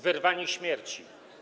Wyrwani śmierci”